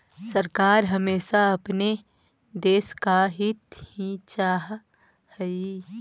सरकार हमेशा अपने देश का हित ही चाहा हई